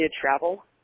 travel